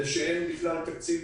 אין בכלל תקציב